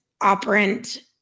operant